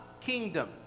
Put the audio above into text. kingdom